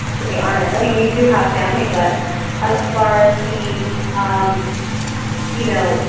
to be honest. i mean, we do have family. but as far as the um you know,